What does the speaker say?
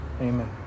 Amen